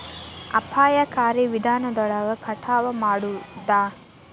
ಅಪಾಯಕಾರಿ ವಿಧಾನದೊಳಗ ಕಟಾವ ಮಾಡುದ